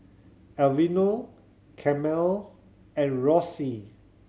Aveeno Camel and Roxy